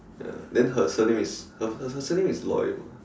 ya then her surname is her her her surname is Loy mah